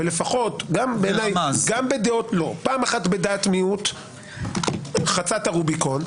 פעם אחת בדעת מיעוט חצה את הרוביקון,